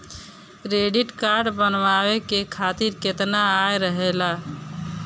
Credit card बनवाए के खातिर केतना आय रहेला?